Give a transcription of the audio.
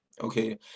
okay